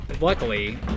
luckily